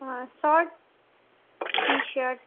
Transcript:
shirt t-shirt